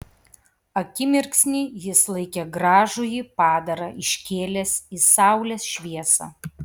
akimirksnį jis laikė gražųjį padarą iškėlęs į saulės šviesą